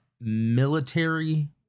military